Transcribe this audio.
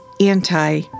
anti